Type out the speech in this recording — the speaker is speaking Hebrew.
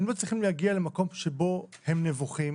הם לא צריכים להגיע למקום שבו הם נבוכים